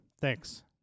Thanks